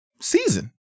season